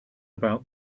about